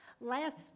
Last